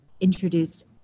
introduced